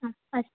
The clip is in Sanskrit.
आम् अस्